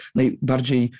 najbardziej